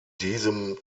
diesem